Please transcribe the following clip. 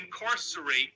incarcerate